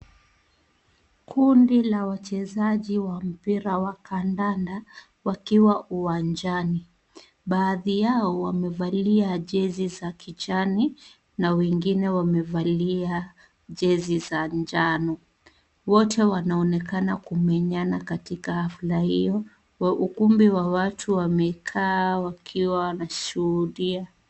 Kundi la wachezaji wa mpira wa kandanda wakiwa uwanjani. Baadhi yao wamevalia jezi za kijani na wengine wamevalia jezi za njano. Wote wanaonekana kumenyana katika hafla hiyo wa ukumbi wa watu wamekaa wakiwa wanashuhudia.